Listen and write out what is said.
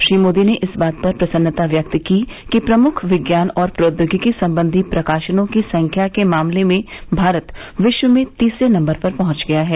श्री मोदी ने इस बात पर प्रसन्नता व्यक्त की कि प्रमुख विज्ञान और प्रौद्योगिकी संबंधी प्रकाशनों की संख्या के मामले में भारत विश्व में तीसरे नम्बर पर पहुंच गया है